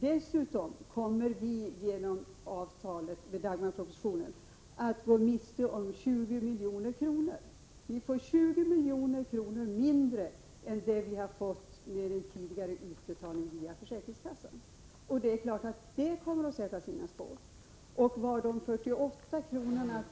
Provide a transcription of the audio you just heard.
Dessutom kommer vi i vårt län genom Dagmarpropositionen att gå miste om 20 milj.kr. Vi kommer att få 20 milj.kr. mindre än vi får genom utbetalningen via försäkringskassan. Det är klart att detta kommer att sätta sina spår. Vidare frågar man sig var de 48 kr.